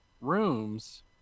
rooms